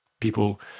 people